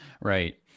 Right